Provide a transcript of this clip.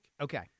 Okay